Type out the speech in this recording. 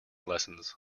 lessons